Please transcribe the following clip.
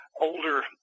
older